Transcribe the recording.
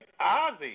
Ozzy